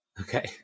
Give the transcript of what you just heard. Okay